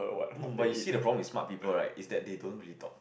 but you see the problem is smart people right is that they don't really talk